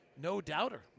no-doubter